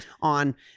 on